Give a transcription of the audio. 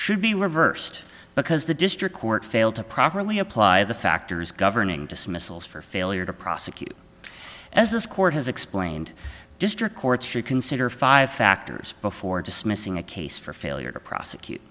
should be reversed because the district court failed to properly apply the factors governing dismissals for failure to prosecute as this court has explained district courts should consider five factors before dismissing a case for failure to prosecute